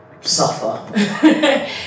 suffer